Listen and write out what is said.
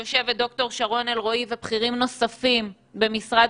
יושבים דוקטור שרון אלרועי ובכירים נוספים במשרד